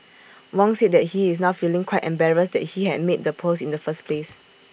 Wong said that he is now feeling quite embarrassed that he had made the post in the first place